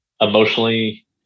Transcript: emotionally